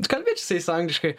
kalbėčiau su jais angliškai